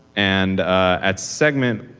and ah at segment,